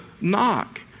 knock